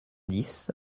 dix